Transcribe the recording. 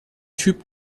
typ